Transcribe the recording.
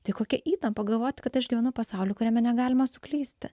tai kokia įtampa galvoti kad aš gyvenu pasaulyje kuriame negalima suklysti